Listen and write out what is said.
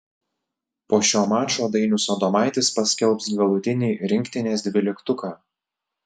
po šio mačo dainius adomaitis paskelbs galutinį rinktinės dvyliktuką